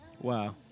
Wow